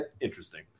interesting